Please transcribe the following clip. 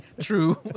true